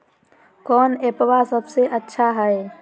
कौन एप्पबा सबसे अच्छा हय?